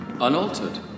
Unaltered